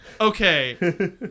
Okay